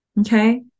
Okay